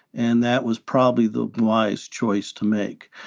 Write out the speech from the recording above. and that was probably the wise choice to make.